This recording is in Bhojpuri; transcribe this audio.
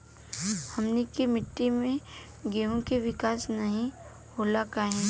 हमनी के मिट्टी में गेहूँ के विकास नहीं होला काहे?